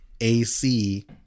AC